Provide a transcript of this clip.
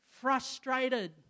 frustrated